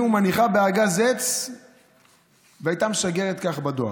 ומניחה בארגז עץ והייתה משגרת ככה בדואר.